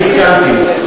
אני הסכמתי.